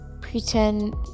pretend